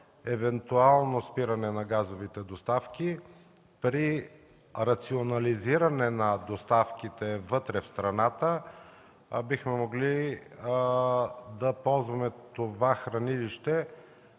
евентуално спиране на газовите доставки, при рационализиране на доставките вътре, в страната, бихме могли да ползваме това хранилище